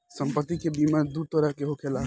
सम्पति के बीमा दू तरह के होखेला